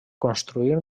construir